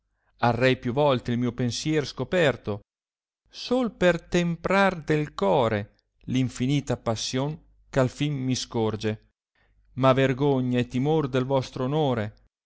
arrei più volte il mio pensier scoperto sol per temprar del core l infinita passion eh al fin mi scorge ma vergogna e timor del vostro onore